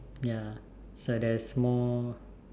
ya so there's more